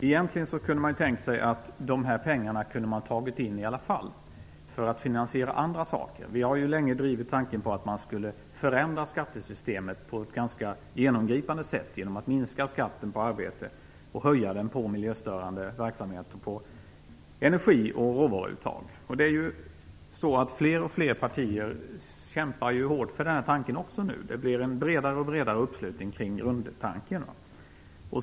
Egentligen kan man tänka sig att dessa pengar kunde ha tagits in i alla fall, för att finansiera annat. Vi har länge drivit tanken att man skulle förändra skattesystemet på ett ganska genomgripande sätt, genom att minska skatten på arbete och höja skatten på miljöstörande verksamheter, energi och råvaruuttag. Fler och fler partier kämpar hårt för den tanken. Det blir en allt bredare uppslutning kring grundtanken.